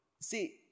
See